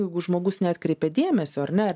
jeigu žmogus neatkreipia dėmesio ar ne